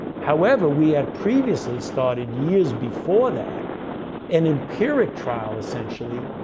however, we had previously started years before that an empiric trial essentially,